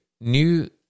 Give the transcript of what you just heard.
New